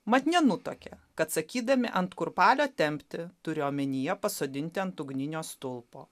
mat nenutuokė kad sakydami ant kurpalio tempti turėjo omenyje pasodinti ant ugninio stulpo